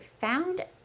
found